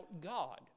God